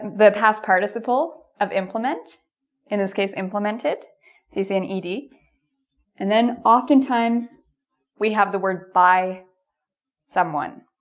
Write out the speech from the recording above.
the past participle of implement in this case implemented c c and e and then oftentimes we have the word by someone